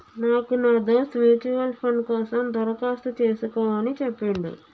నాకు నా దోస్త్ మ్యూచువల్ ఫండ్ కోసం దరఖాస్తు చేసుకోమని చెప్పిండు